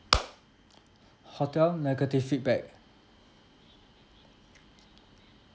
hotel negative feedback